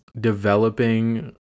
developing